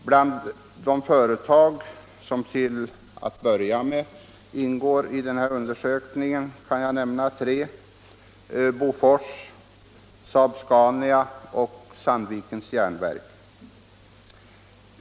Bland de företag som till att börja med ingår i undersökningen kan jag nämna tre: Bofors, SAAB-SCANIA och Sandvikens jernverk.